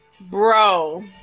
Bro